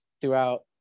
throughout